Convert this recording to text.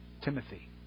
Timothy